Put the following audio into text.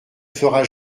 fera